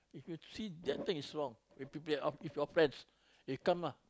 if you see that thing wrong with with your friends you come lah